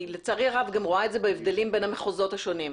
לצערי הרב אני גם רואה את זה בהבדלים בין המחוזות השונים.